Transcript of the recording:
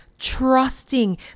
Trusting